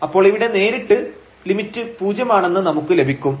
അപ്പോൾ ഇവിടെ നേരിട്ട് ലിമിറ്റ് പൂജ്യം ആണെന്ന് നമുക്ക് ലഭിക്കും